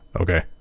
Okay